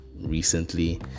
recently